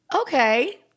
Okay